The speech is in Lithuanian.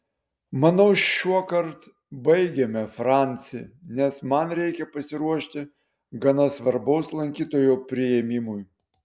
manau šiuokart baigėme franci nes man reikia pasiruošti gana svarbaus lankytojo priėmimui